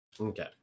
Okay